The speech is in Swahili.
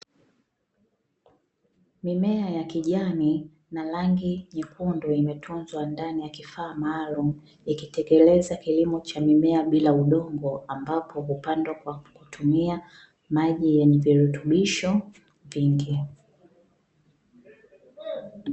Mimea ya kijani na rangi nyekundu imetunzwa ndani ya kifaa maalumu ikitekeleza kilimo cha mimea bila udongo, ambapo hupandwa kwa kutumia maji yenye virutubisho vingi.